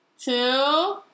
two